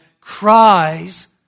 cries